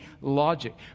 logic